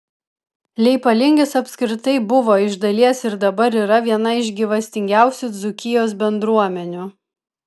leipalingis apskritai buvo iš dalies ir dabar yra viena iš gyvastingiausių dzūkijos bendruomenių